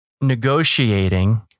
negotiating